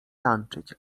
tańczyć